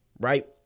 right